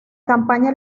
campaña